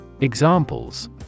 Examples